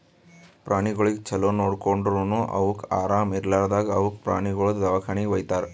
ಪ್ರಾಣಿಗೊಳಿಗ್ ಛಲೋ ನೋಡ್ಕೊಂಡುರನು ಅವುಕ್ ಆರಾಮ ಇರ್ಲಾರ್ದಾಗ್ ಅವುಕ ಪ್ರಾಣಿಗೊಳ್ದು ದವಾಖಾನಿಗಿ ವೈತಾರ್